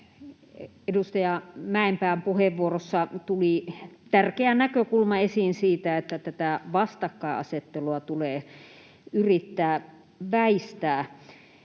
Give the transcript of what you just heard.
Edustaja Mäenpään puheenvuorossa tuli tärkeä näkökulma esiin siitä, että tätä vastakkainasettelua tulee yrittää väistää.